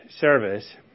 service